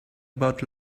about